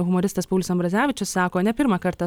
humoristas paulius ambrazevičius sako ne pirmą kartą